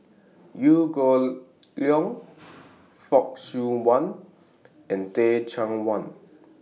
Liew Geok Leong Fock Siew Wah and Teh Cheang Wan